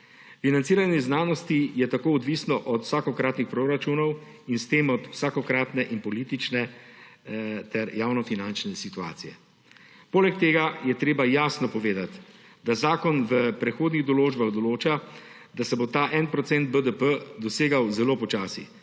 Financiranje znanosti je tako odvisno od vsakokratnih proračunov in s tem od vsakokratne politične ter javnofinančne situacije. Poleg tega je treba jasno povedati, da zakon v prehodnih določbah določa, da se bo ta en procent BDP dosegel zelo počasi,